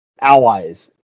allies